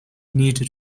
needed